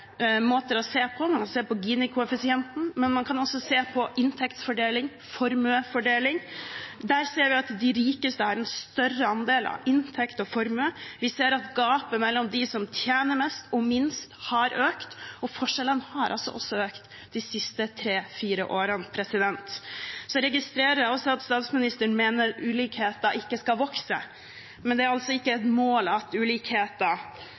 måter å se på. Man kan se på Gini-koeffisienten, men man kan også se på inntektsfordeling og formuesfordeling. Der ser vi at de rikeste har en større andel av inntekt og formue, vi ser at gapet mellom dem som tjener mest og minst, har økt, og forskjellene har økt de siste tre–fire årene. Så registrerer jeg også at statsministeren mener at ulikheter ikke skal vokse, men det er altså ikke et mål at ulikheter